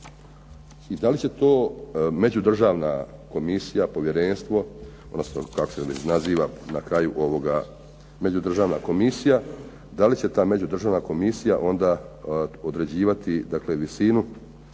i da li će to međudržavna komisija, povjerenstvo ili kako se već naziva, na kraju međudržavna komisija. Da li će ta međudržavna komisija određivati visinu